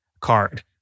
card